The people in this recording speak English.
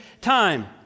time